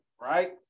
right